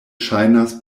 ŝajnas